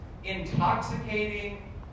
Intoxicating